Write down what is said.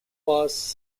laws